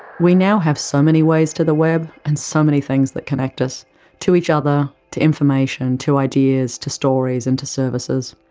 we now have so many ways to the web, and some many things that connect us to each other, to information, to ideas, to stories and to services.